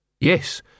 Yes